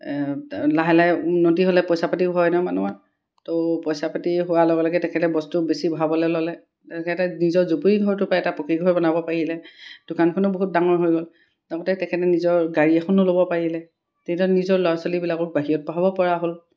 লাহে লাহে উন্নতি হ'লে পইচা পাতি হয় নহয় মানুহৰ ত' পইচা পাতি হোৱাৰ লগে লগে তেখেতে বস্তু বেছি ভৰাবলৈ ল'লে তেখেতে নিজৰ জুপুৰি ঘৰটোৰপৰাই এটা পকী ঘৰ বনাব পাৰিলে দোকানখনো বহুত ডাঙৰ হৈ গ'ল লগতে তেখেতে নিজৰ গাড়ী এখনো ল'ব পাৰিলে তেনেদৰে নিজৰ ল'ৰা ছোৱালীবিলাকক বাহিৰত পঢ়াব পৰা হ'ল